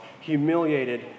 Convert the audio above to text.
humiliated